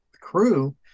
crew